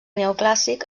neoclàssic